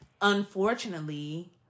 Unfortunately